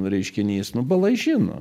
reiškinys nu bala žino